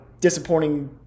disappointing